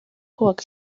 kubakwa